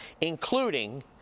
Including